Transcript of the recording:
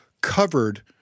covered